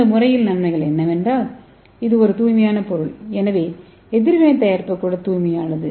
இந்த முறையின் நன்மைகள் என்னவென்றால் இது ஒரு தூய்மையான பொருள் எனவே எதிர்வினை தயாரிப்பு கூட தூய்மையானது